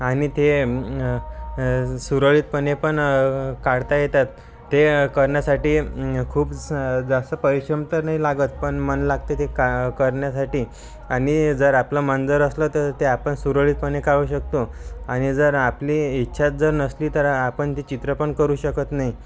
आणि ते सुरळीतपणे पण अ काढता येतात ते करण्यासाठी खूप जास्त पैसे तर नाही लागत पण मन लागतं ते का करण्यासाठी आणि जर आपलं मन जर असलं तर आपण ते सुरळीतपणे काढू शकतो आणि जर आपली इच्छाच जर नसली तर आपण ते चित्र पण करू शकत नाही